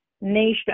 nation